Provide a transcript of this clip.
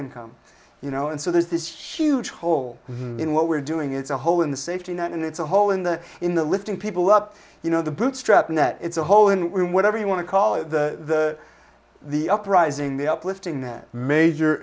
income you know and so there's this huge hole in what we're doing it's a hole in the safety net and it's a hole in the in the lifting people up you know the bootstrap net it's a hole in whatever you want to call it the the uprising the uplifting the major